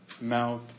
Mouth